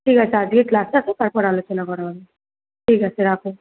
ঠিক আছে আজকের ক্লাসে এসো তারপর আলোচনা করা হবে ঠিক আছে রাখো